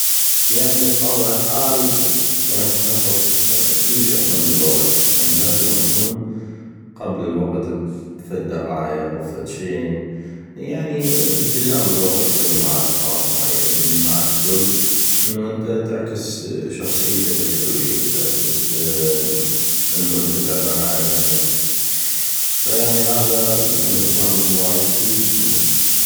يعني بطابع ال حال انا كشخص كلش اهتم بالوقت يعني لازم أكون قبل الوقت ب ثلث دقايق ب فدشي يعني التزام بالوقت حلو مع اشخاص معينين معالكل انو انته تعكس شخصيتك الحلوي انو انته تعبان على نفسك ف يعني هذا انو اهتمام بالمواعيد كلش مهم